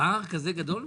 פער כזה גדול?